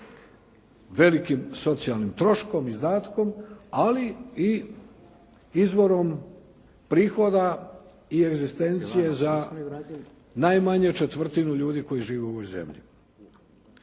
velikim socijalnim troškom i izdatkom, ali i izvorom prihoda i egzistencije za najmanje četvrtinu ljudi koji žive u ovoj zemlji.